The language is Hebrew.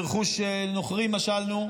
ברכוש נוכרי משלנו.